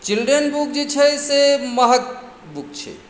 children book जे छै से महग बुक छै